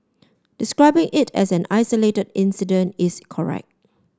describing it as an isolated incident is correct